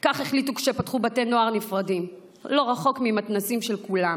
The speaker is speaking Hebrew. כך החליטו כשפתחו בתי נוער נפרדים לא רחוק ממתנ"סים של כולם.